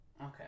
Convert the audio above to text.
Okay